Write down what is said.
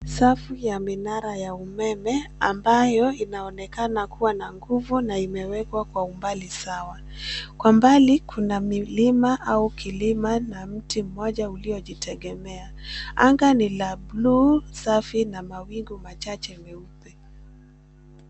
Safu ya minara ya umeme ambayo inaonekana kuwa na nguvu na imewekwa kwa umbali sawa. Kwa mbali kuna milima au kilima na mti mmoja uliojitegemea. Anga ni la blue safi na mawingu machache weupe.